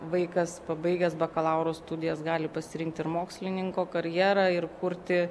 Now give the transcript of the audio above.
vaikas pabaigęs bakalauro studijas gali pasirinkti ir mokslininko karjerą ir kurti